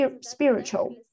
spiritual